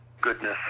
goodness